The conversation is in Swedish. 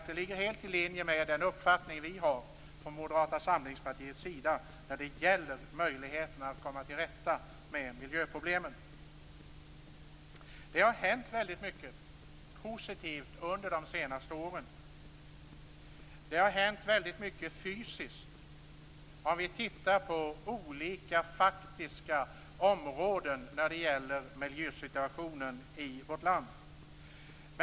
Det ligger helt i linje med de uppfattningar som vi i Moderata samlingspartiet har i fråga om möjligheterna att komma till rätta med miljöproblemen. Det har hänt väldigt mycket positivt under de senaste åren. Det har också hänt väldigt mycket fysiskt, om vi ser på olika områden när det gäller miljösituationen i vårt land.